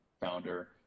founder